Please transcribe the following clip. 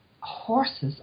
horses